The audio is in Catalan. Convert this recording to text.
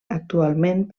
actualment